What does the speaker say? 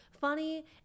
funny